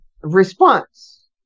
response